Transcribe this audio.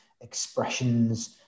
expressions